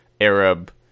Arab